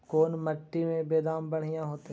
कोन मट्टी में बेदाम बढ़िया होतै?